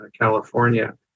California